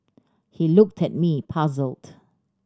he looked at me puzzled